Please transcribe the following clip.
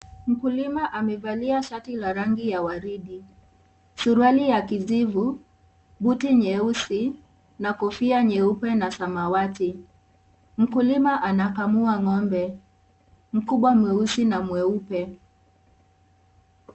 Mukulima amevalia shati la rangi ya waridi, suruali ya kijivu, buti nyeusi, na kofia nyeupe na samawati. Mkulima anakamua ngombe mkubwa mweusi na mweupe.